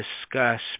discuss